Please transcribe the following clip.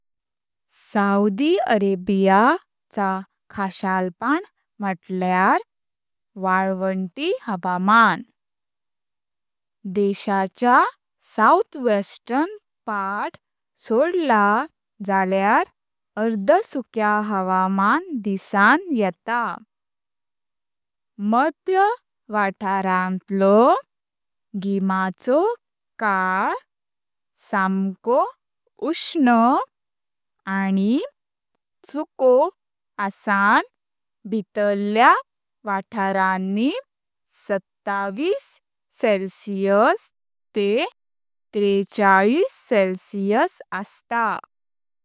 Saudi Arabia चा खासाळपान म्हुटल्यार वाळवंटी हावामान। देशाच्या साउथवेस्टर्न पार्ट सोडलां जाल्यार अर्धसुक्या हावामान दिसा‍ं येता। मध्य वातारांतलो गिमाचो काळ सांको उष्ण आनी सुको आसां भिडल्यां वातारांत सत्तावीस सेल्सियस तेह त्रीचाळीस सेल्सियस आस्ता।